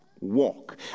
walk